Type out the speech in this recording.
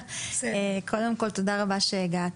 תודה רבה שהגעת.